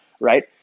right